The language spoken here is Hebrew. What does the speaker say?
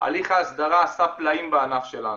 הליך ההסדרה עשה פלאים בענף שלנו,